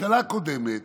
בממשלה הקודמת